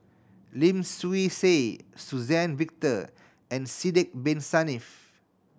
Lim Swee Say Suzann Victor and Sidek Bin Saniff